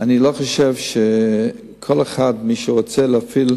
אני לא חושב שכל אחד, מי שרוצה להפעיל